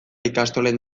ikastolen